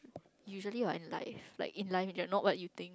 usually what in life like in life you are not what you think